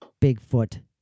Bigfoot